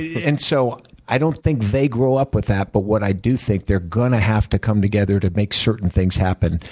and so i don't think they grow up with that. but what i do think, they're going to have to come together to make certain things happen.